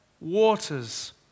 waters